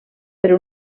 per